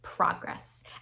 progress